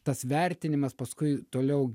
tas vertinimas paskui toliau